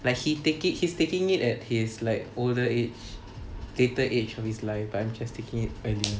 like he take it he's taking it at his like older age later age of his life but I'm just taking it earlier